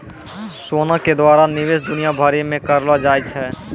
सोना के द्वारा निवेश दुनिया भरि मे करलो जाय छै